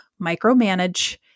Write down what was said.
micromanage